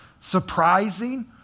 surprising